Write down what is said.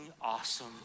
awesome